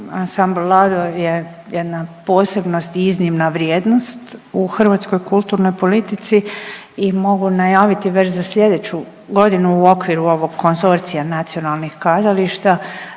Ansambl Lado je jedna posebnost i iznimna vrijednost u hrvatskoj kulturnoj politici i mogu najaviti već za sljedeću godinu u okviru ovog konzorcija nacionalnih kazališta,